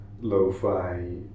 lo-fi